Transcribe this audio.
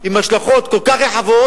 עם השלכות כל כך רחבות,